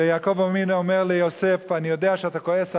ויעקב אבינו אומר ליוסף: אני יודע שאתה כועס עלי,